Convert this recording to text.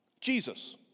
Jesus